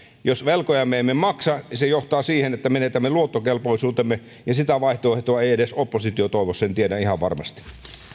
jos velkojamme emme maksa se johtaa siihen että menetämme luottokelpoisuutemme ja sitä vaihtoehtoa ei edes oppositio toivo sen tiedän ihan varmasti